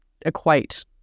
equate